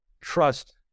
trust